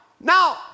Now